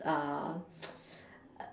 uh